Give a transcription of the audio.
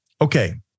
Okay